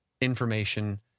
information